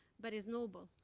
but it's noble.